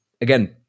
again